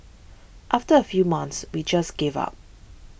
after a few months we just gave up